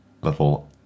little